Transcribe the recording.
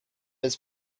his